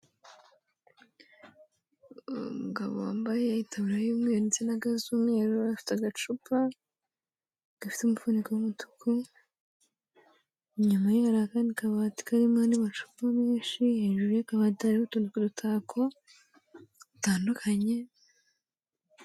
Umugabo wambaye itaburya y'umweru na ga z'umweru, afite agacupa gafite umufuniko w'umutuku, inyuma ye hari akandi kabati karimo andi m'amacupa menshi, hejuru y'akabati hariho utuntu tw'udutako dutandukanye.